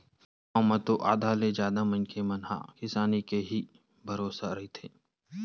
गाँव म तो आधा ले जादा मनखे मन ह किसानी के ही भरोसा रहिथे